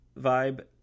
vibe